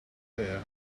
there